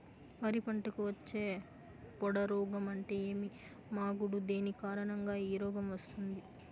వరి పంటకు వచ్చే పొడ రోగం అంటే ఏమి? మాగుడు దేని కారణంగా ఈ రోగం వస్తుంది?